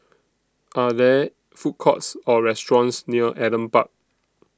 Are There Food Courts Or restaurants near Adam Park